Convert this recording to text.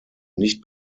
nicht